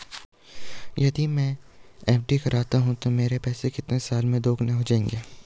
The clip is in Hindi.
यदि मैं एफ.डी करता हूँ तो मेरे पैसे कितने साल में दोगुना हो जाएँगे?